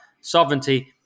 sovereignty